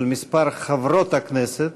של מספר חברות הכנסת.